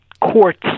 courts